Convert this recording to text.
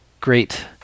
great